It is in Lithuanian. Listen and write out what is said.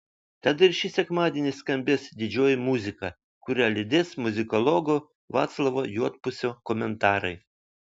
tad ir šį sekmadienį skambės didžioji muzika kurią lydės muzikologo vaclovo juodpusio komentarai